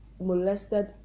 molested